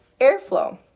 airflow